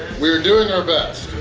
we're doing our best!